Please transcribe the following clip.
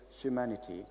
humanity